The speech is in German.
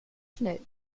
schnell